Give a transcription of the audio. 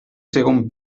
segon